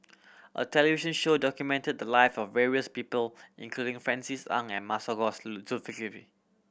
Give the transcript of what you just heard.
a television show documented the lives of various people including Francis Ng and Masagos Zulkifli